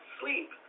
sleep